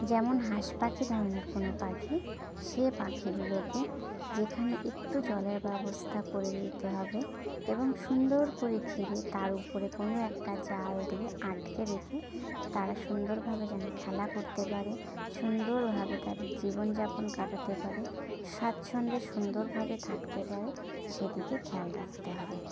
যেমন হাঁস পাখি ধরনের কোনো পাখি সে পাখিগুলোকে যেখানে একটু জলের ব্যবস্থা করে দিতে হবে এবং সুন্দর করে ঘিরে তার উপরে কোনো একটা জাল দিয়ে আটকে রেখে তারা সুন্দর ভাবে যেন খেলা করতে পারে সুন্দর ভাবে তাদের জীবন যাপন কাটাতে পারে স্বাচ্ছন্দ্যে সুন্দর ভাবে থাকতে পারে সেদিকে খেয়াল রাখতে হবে